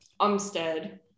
Umstead